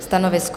Stanovisko?